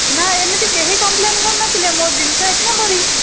ନା ଏମିତି କେହି କମ୍ପ୍ଲେନ୍ କରି ନ ଥିଲେ ମୋ ଜିନିଷ ଏକ ନମ୍ବରୀ